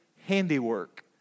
handiwork